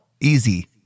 Easy